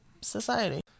society